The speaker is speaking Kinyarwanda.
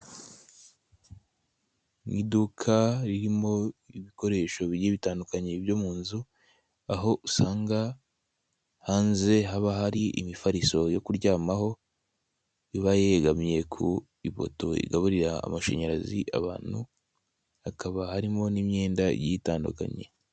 Mu iduka ririmo ibikoresho bi bitandukanye byo mu nzu aho usanga hanze haba hari imifariso yo kuryamaho iba yegamiye ku ipoto igaburira amashanyarazi abantu hakaba harimo n'imyenda yitandukanye.